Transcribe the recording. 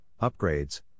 upgrades